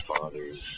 father's